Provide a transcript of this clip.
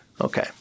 Okay